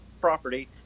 property